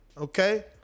okay